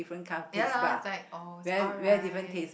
ya lah it's like oh it's alright